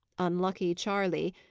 unlucky charley,